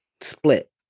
split